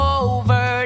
over